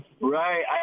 Right